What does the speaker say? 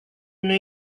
new